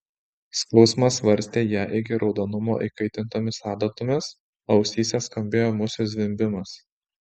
skausmas varstė ją iki raudonumo įkaitintomis adatomis o ausyse skambėjo musių zvimbimas